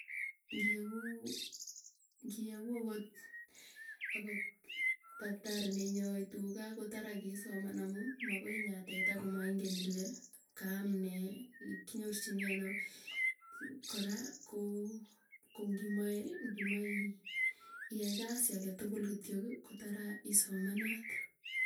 Ngiekuu ngiekuu akot, taktari neinyai tuga kotara kisoman, amuu makoi inyaa teta komaingen ile, kaam nee kinyorchini anoo. Kora koo kongimae ngimae i iai kasii age tugul kityoki kotara isomanat.